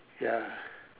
ya